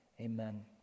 Amen